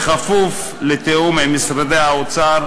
כפוף לתיאום עם משרד האוצר,